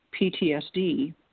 PTSD